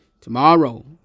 tomorrow